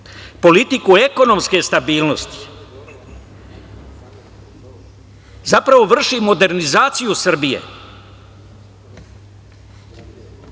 politiku ekonomske stabilnosti, zapravo, vrši modernizaciju Srbije.